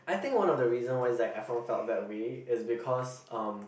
I think one of the reason why Zac Efron felt that way is because um